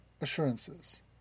assurances